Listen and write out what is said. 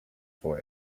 for